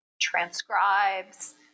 transcribes